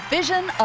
Vision